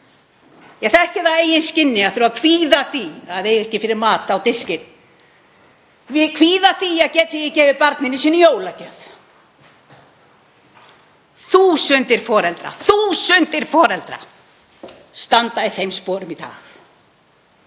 Ég þekki það á eigin skinni að þurfa að kvíða því að eiga ekki fyrir mat á diskinn, kvíða því að geta ekki gefið barninu mínu jólagjöf. Þúsundir foreldra — þúsundir foreldra standa í þeim sporum í dag.